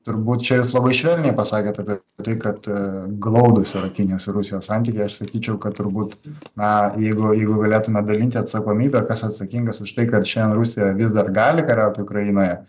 turbūt čia jūs labai švelniai pasakėt apie tai kad glaudūs yra kinijos ir rusijos santykiai aš sakyčiau kad turbūt na jeigu jeigu galėtume dalinti atsakomybę kas atsakingas už tai kad šiandien rusija vis dar gali kariaut ukrainoje